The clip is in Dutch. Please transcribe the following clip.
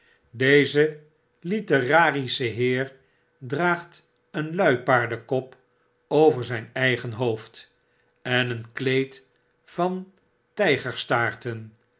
deze literarische heer draagt een luipaardenkop over zfln eigen hoofd en een kleed van